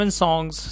songs